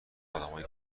آدمای